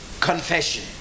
confession